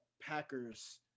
Packers